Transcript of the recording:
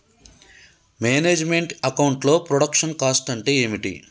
Manage meant account లో production cost అంటే ఏమిటి?